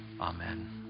Amen